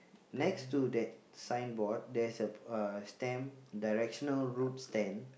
next to that signboard there's a uh stand directional route stand